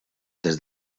des